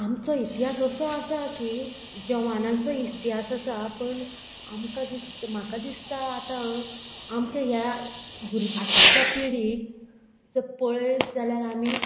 आमचो इतिहास असो आसा की जवानांचो इतिहास आसा पण आमकां दिसता म्हाका दिसता आतां आमच्या ह्या भुरगीं आतांच्या पिडीक जर पळयत जाल्यार आमी